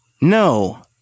No